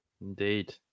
Indeed